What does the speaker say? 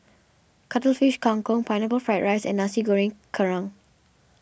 Cuttlefish Kang Kong Pineapple Fried Rice and Nasi Goreng Kerang